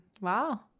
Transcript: Wow